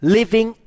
Living